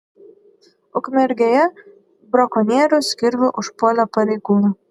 ukmergėje brakonierius kirviu užpuolė pareigūną